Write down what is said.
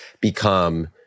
become